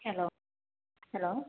hello hello